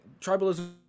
tribalism